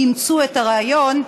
אימצו את הרעיון,